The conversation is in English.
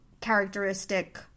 characteristic